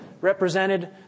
represented